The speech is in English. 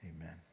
Amen